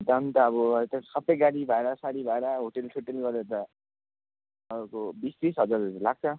दाम त अब यता सबै गाडी भाडा साडी भाडा होटेलसोटेल गरेर र तपाईँको बिस तिस हजार जति लाग्छ